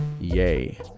Yay